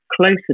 closer